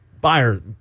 buyer